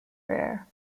rare